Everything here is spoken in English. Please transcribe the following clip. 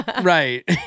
Right